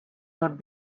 not